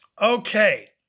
Okay